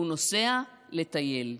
הוא נוסע לטייל.